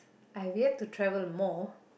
I we have to travel more